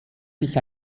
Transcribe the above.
sich